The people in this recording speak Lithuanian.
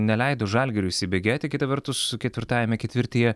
neleido žalgiriui įsibėgėti kita vertus ketvirtajame ketvirtyje